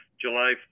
July